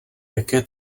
jaké